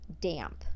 damp